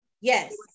Yes